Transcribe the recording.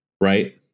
right